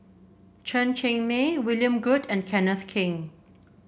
Chen Cheng Mei William Goode and Kenneth Keng